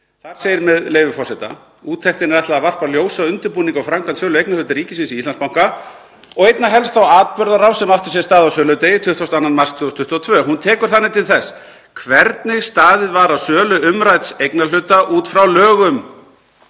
Þar segir, með leyfi forseta: „Úttektinni er ætlað að varpa ljósi á undirbúning og framkvæmd sölu eignarhlutar ríkisins í Íslandsbanka og einna helst þá atburðarás sem átti sér stað á söludegi, 22. mars 2022. Hún tekur þannig til þess hvernig staðið var að sölu umrædds eignarhluta út frá lögum